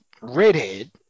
redhead